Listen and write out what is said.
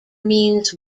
means